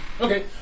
Okay